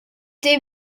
t’es